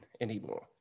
anymore